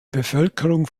bevölkerung